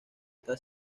está